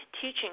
teaching